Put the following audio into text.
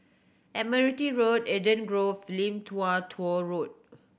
Admiralty Road Eden Grove Lim Tua Tow Road